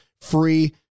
free